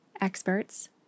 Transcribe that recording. experts